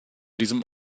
diesem